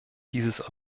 dieses